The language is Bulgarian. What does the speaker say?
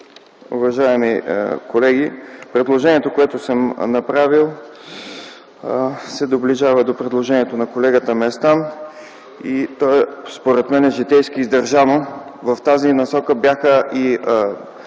Уважаеми колеги! Предложението, което съм направил, се доближава до предложението на колегата Местан. Според мен то е житейски издържано. В тази насока бяха и